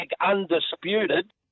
undisputed